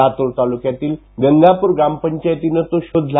लातूर तालुक्यातील गंगापुर ग्रामपंचायतीनं तो शोधला